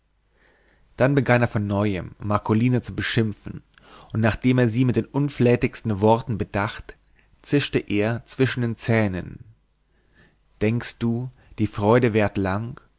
dann begann er von neuem marcolina zu beschimpfen und nachdem er sie mit den unflätigsten worten bedacht zischte er zwischen den zähnen denkst du die freude währt lang